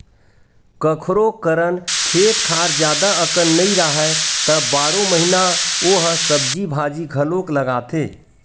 कखोरो करन खेत खार जादा अकन नइ राहय त बारो महिना ओ ह सब्जी भाजी घलोक लगाथे